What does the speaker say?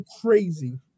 Crazy